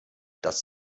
das